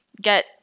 get